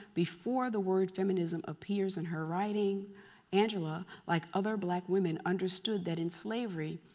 before the word feminism appears in her writing angela, like other black women understood that in slavery,